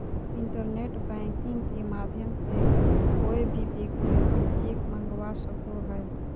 internet banking के माध्यम से कोय भी व्यक्ति अपन चेक मंगवा सको हय